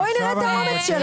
בואי נראה את האומץ שלך.